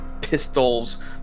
pistols